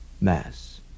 Mass